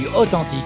authentique